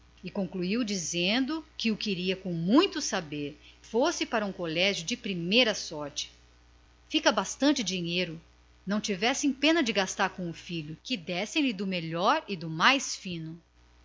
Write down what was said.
lisboa terminou dizendo que o queria com muito saber que o metessem num colégio de primeira sorte ficava aí bastante dinheiro não tivessem pena de gastar com o seu filho que lhe dessem do melhor e do mais fino